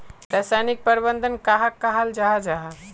रासायनिक प्रबंधन कहाक कहाल जाहा जाहा?